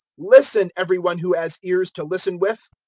listen, every one who has ears to listen with!